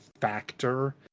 factor